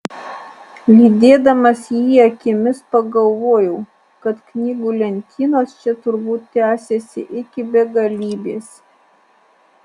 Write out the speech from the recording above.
lydėdamas jį akimis pagalvojau kad knygų lentynos čia turbūt tęsiasi iki begalybės